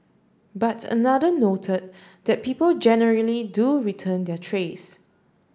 but another noted that people generally do return their trays